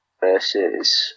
versus